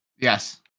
Yes